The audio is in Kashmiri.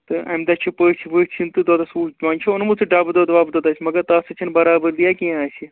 تہٕ اَمہِ دۄہ چھِ پٔژھۍ ؤژھۍ یِن تہٕ دۄدَس وُہ وۅنۍ چھُ اوٚنمُت یہِ ڈَبہٕ دۄد وبہٕ دۅد اَسہِ مگر تَتھ سۭتۍ چھَنہٕ برابٔریا کیٚنٛہہ اَسہِ